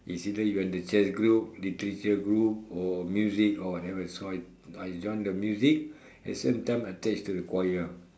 is either you in the chess group literature group or music or whatever so I I join the music at the same time attached to the choir